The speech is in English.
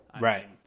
Right